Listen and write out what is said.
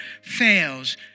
fails